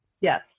Yes